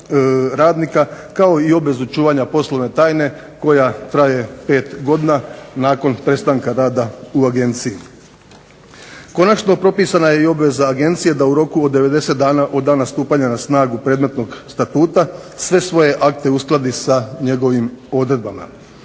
radnika kao i obvezu čuvanja poslovne tajne koja traje pet godina nakon prestanka rada u Agenciji. Konačno propisana je obveza agencije da u roku od 90 dana od dana stupanja na snagu predmetnog Statuta sve svoje akte uskladi sa njegovim odredbama.